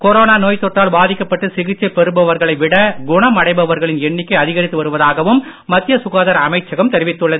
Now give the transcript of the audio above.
corona நோய்த்தொற்றால் பாதிக்கப்பட்டு சிகிக்சைப் பெறுபவர்களை விட குணமடைபவர்களின் எண்ணிக்கை அதிகரித்து வருவதாகவும் மத்திய சுகாதார அமைச்சகம் தெரிவித்துள்ளது